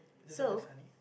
is there something funny